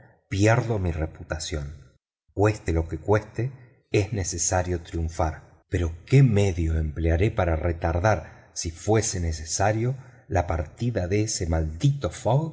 pierdo mi reputación cueste lo que cueste es necesario triunfar pero qué medio emplearé para retardar si fuese necesario la partida de ese maldito